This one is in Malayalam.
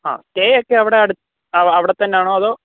ആ സ്റ്റേ ഒക്കെ അവിടെ അട് അവിടെ തന്നെ ആണോ അതോ